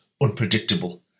unpredictable